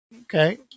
Okay